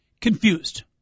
confused